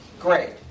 Great